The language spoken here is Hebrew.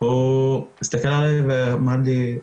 הוא הסתכל עליי ואמר לי,